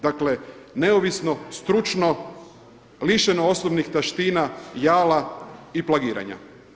Dakle, neovisno, stručno, lišeno osobnih taština, jala i plagiranja.